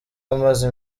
amaze